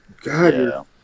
God